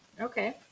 Okay